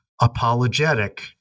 apologetic